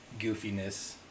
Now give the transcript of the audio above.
goofiness